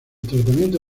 tratamiento